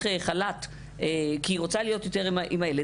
חל"ת כי היא רוצה להיות יותר עם הילד,